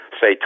say